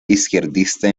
izquierdista